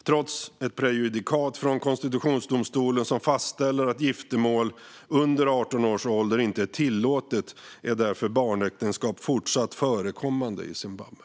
Trots ett prejudikat från konstitutionsdomstolen som fastställer att giftermål under 18 års ålder inte är tillåtet är barnäktenskap därför fortsatt förekommande i Zimbabwe.